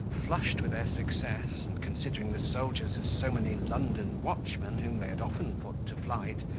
flushed with their success, and considering the soldiers as so many london watchmen whom they had often put to flight,